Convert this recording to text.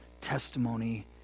testimony